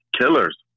killers